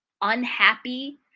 unhappy